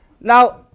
Now